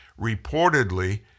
reportedly